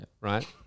right